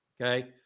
okay